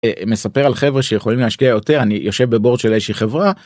מספר על חבר'ה שיכולים להשקיע יותר אני יושב בבורד של איזושהי חברה.